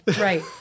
right